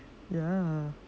ya